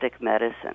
medicine